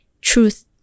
truth